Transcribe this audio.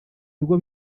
bigo